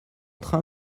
train